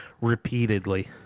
repeatedly